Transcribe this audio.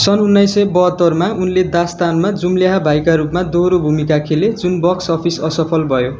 सन् उन्नाइस सय बहत्तरमा उनले दास्तानमा जुम्ल्याहा भाइका रूपमा दोहोरो भूमिका खेले जुन बक्स अफिस असफल भयो